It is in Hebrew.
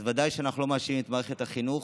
אז בוודאי שאנחנו לא מאשימים את מערכת החינוך,